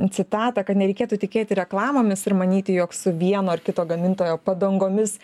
citatą kad nereikėtų tikėti reklamomis ir manyti jog su vieno ar kito gamintojo padangomis